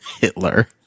hitler